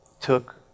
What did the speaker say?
took